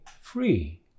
free